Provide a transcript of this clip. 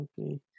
okay